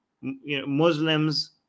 Muslims